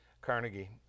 Carnegie